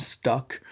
stuck